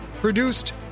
Produced